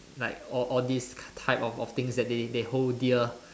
like all all this ty~ type of of things that they they hold dear